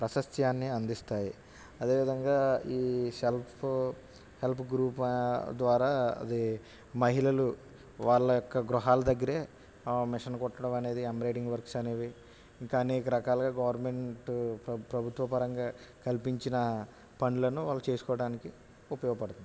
ప్రశస్యాన్ని అందిస్తాయి అదే విధంగా ఈ సెల్ఫ్ హెల్ప్ గ్రూప్ ద్వారా అది మహిళలు వాళ్ళ యొక్క గృహాల దగ్గరే మిషన్ కుట్టడం అనేది ఎంబ్రాయిడింగ్ వర్క్స్ అనేది ఇంకా అనేక రకాలుగా గవర్నమెంటు ప్రభుత్వ పరంగా కల్పించిన పనులను వాళ్ళు చేసుకోవడానికి ఉపయోగపడుతుంది